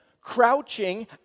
crouching